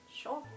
Sure